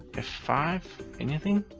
f five. anything?